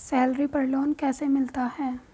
Salary पर loan कैसे मिलता है?